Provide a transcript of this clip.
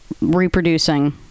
reproducing